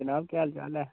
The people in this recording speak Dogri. जनाब केह् हाल चाल ऐ